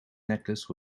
necklace